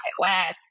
iOS